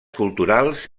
culturals